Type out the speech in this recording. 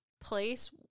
place